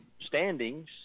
standings